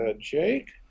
jake